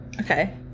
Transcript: Okay